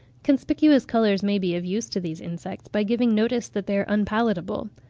conspicuous colours may be of use to these insects, by giving notice that they are unpalatable.